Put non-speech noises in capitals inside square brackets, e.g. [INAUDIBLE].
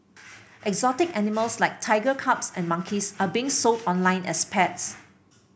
[NOISE] exotic animals like tiger cubs and monkeys are being sold online as pets